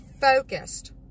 focused